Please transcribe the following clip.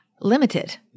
limited